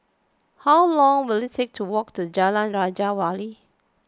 how long will it take to walk to Jalan Raja Wali